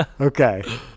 Okay